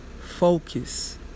Focus